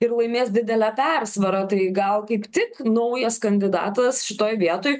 ir laimės didele persvara tai gal kaip tik naujas kandidatas šitoj vietoj